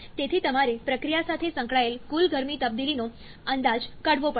તેથી તમારે પ્રક્રિયા સાથે સંકળાયેલ કુલ ગરમી તબદીલીનો અંદાજ કાઢવો પડશે